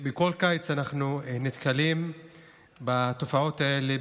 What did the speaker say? בכל קיץ אנחנו נתקלים בתופעות האלה,